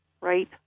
right